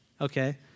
Okay